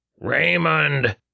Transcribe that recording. Raymond